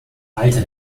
alter